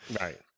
right